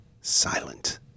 silent